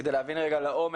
על-מנת להבין לעומק.